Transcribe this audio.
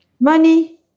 money